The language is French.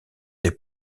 des